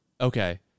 Okay